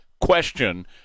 question